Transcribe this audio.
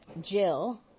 Jill